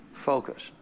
Focus